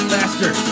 Faster